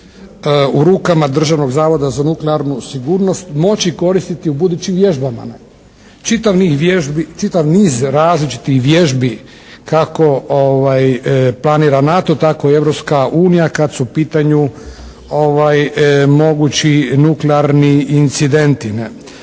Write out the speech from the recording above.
u rukama Državnog zavoda za nuklearnu sigurnost moći koristiti u budućim vježbama. Čitav niz različitih vježbi kako planira NATO tako i Europska unija kad su u pitanju mogući nuklearni incidenti.